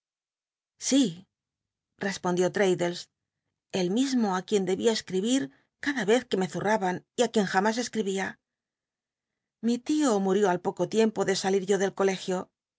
respondió l'paddlcs el mismo li quien debia escribir cada vez que me zu raban y ti quien jamris csc ibia i li tio murió al poco tiempo de salir yo del colegio